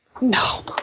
No